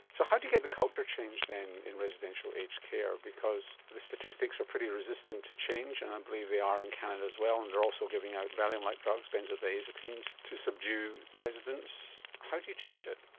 so how do you get the culture change then in residential aged care? because the statistics are pretty resistant to change, and i believe they are in canada as well and they are also giving out valium like drugs, benzodiazepines, to subdue residents. how do you change it?